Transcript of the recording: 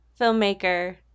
filmmaker